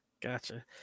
Gotcha